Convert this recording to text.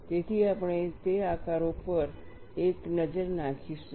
તેથી આપણે તે આકારો પર એક નજર નાખીશું